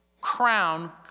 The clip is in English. crown